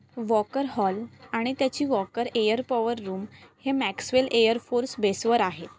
walker Hall आणि त्याची Walker air power room हे मॅक्सवेल एअरफोर्स बेसवर आहे